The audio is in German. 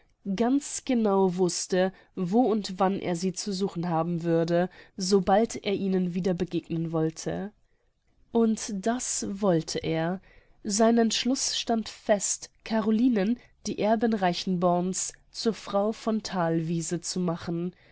ganz genau wußte wo und wann er sie zu suchen haben würde sobald er ihnen wieder begegnen wollte und das wollte er sein entschluß stand fest carolinen die erbin reichenborn's zur frau von thalwiese zu machen